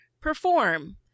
perform